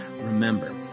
Remember